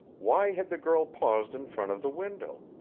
why had the girl paused in front of the window?